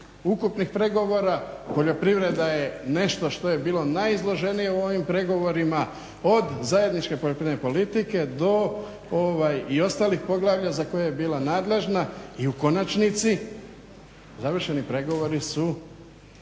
ukupnih pregovora. Poljoprivreda je nešto što je bilo najizloženije u ovim pregovorima od zajedničke poljoprivredne politike i ostalih poglavlja za koje je bila nadležna i u konačnici završeni pregovori su